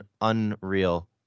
unreal